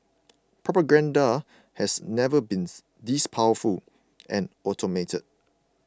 propaganda has never been this powerful and automated